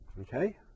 okay